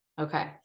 Okay